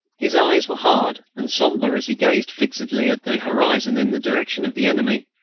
his eyes were hard and sombre as he gazed fixedly at the horizon in the direction of the enemy,